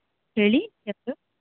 ಹೇಳಿ ಯಾರು